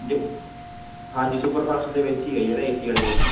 ਜ ਹਾਂਜੀ ਸੁਪਰਫਾਸਟ ਦੇ ਵਿੱਚ ਹੀ ਆ ਜਿਹੜਾ ਏ ਸੀ ਵਾਲੀ ਦਾ ਜੀ